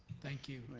thank you,